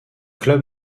club